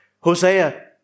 Hosea